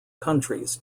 countries